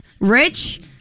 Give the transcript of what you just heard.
Rich